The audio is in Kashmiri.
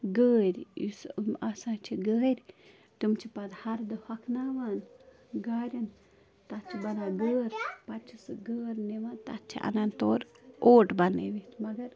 گٲرۍ یُس آسان چھِ گٲرۍ تِم چھِ پَتہٕ ہَردٕ ہۄکھناوان گارٮ۪ن تَتھ چھِ بَنان گٲر پَتہٕ چھِ سُہ گٲر نِوان تَتھ چھِ اَنان تورٕ اوٹ بَنٲوِتھ مگَر